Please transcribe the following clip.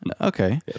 Okay